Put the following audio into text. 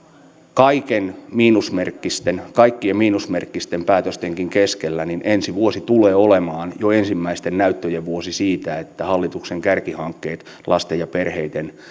kaikkien miinusmerkkisten kaikkien miinusmerkkisten päätöstenkin keskellä ensi vuosi tulee olemaan jo ensimmäisten näyttöjen vuosi siitä että hallituksen kärkihankkeissa lasten ja perheiden